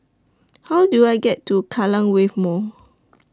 How Do I get to Kallang Wave Mall